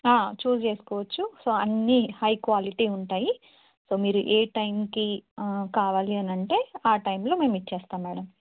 చూస్ చేసుకోవచ్చు సో అన్నీ high quality ఉంటాయి సో మీరు ఏ టైంకి కావాలి అని అంటే ఆ టైంలో మేము ఇచ్చేస్తాం మేడం